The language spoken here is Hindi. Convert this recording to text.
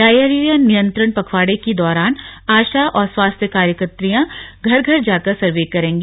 डायरिया नियंत्रण पखवाड़े के दौरान आशा और स्वास्थ्य कार्यकर्तियां घर घर जाकर सर्वे करेंगी